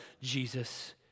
Jesus